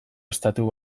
estatu